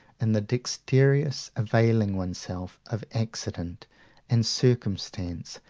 in the dexterous availing oneself of accident and circumstance,